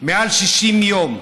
מעל 60 יום.